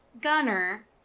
Gunner